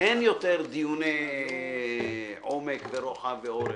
אין יותר דיוני עומק ורוחב ואורך.